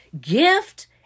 gift